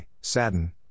sadden